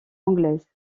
anglaise